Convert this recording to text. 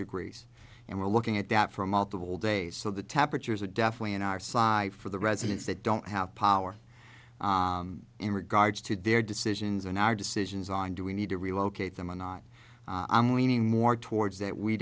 degrees and we're looking at that for multiple days so the temperatures are definitely on our side for the residents that don't have power in regards to their decisions in our decisions on do we need to relocate them or not i'm leaning more towards that we